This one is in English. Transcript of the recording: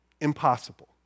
impossible